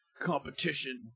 Competition